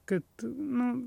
kad nu